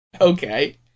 Okay